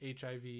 hiv